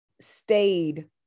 stayed